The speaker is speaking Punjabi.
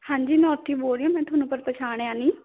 ਹਾਂਜੀ ਮੈਂ ਉੱਥੋਂ ਹੀ ਬੋਲ ਰਹੀ ਹਾਂ ਮੈਂ ਤੁਹਾਨੂੰ ਪਰ ਪਛਾਣਿਆ ਨਹੀਂ